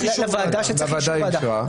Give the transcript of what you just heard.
שצריכות אישור ועדה,